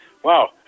Wow